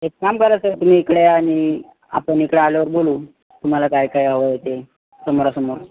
एक काम करा सर तुम्ही इकडे या आणि आपण इकडं आल्यावर बोलू तुम्हाला काय काय हवं आहे ते समोरासमोर